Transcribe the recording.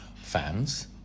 fans